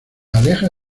aleja